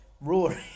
Rory